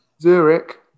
Zurich